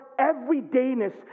everydayness